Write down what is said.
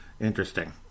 interesting